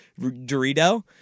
Dorito